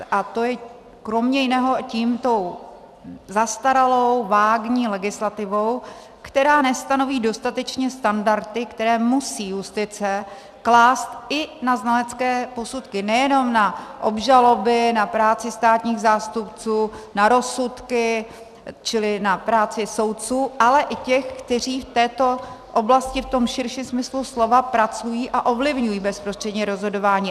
A to je kromě jiného tou zastaralou vágní legislativou, která nestanoví dostatečně standardy, které musí justice klást i na znalecké posudky, nejenom na obžaloby, na práci státních zástupců, na rozsudky, čili na práci soudců, ale i těch, kteří v této oblasti v tom širším smyslu slova pracují a ovlivňují bezprostřední rozhodování.